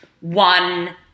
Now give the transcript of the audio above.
one